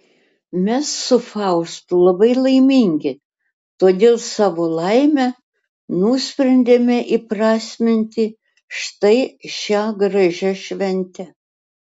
mes su faustu labai laimingi todėl savo laimę nusprendėme įprasminti štai šia gražia švente